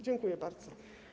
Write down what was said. Dziękuję bardzo.